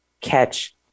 catch